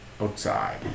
outside